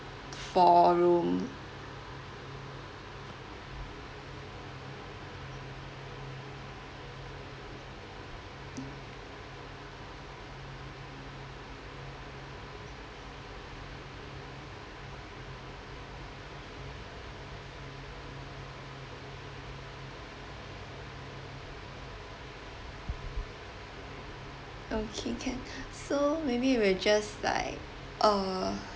four room okay can so maybe we'll just like uh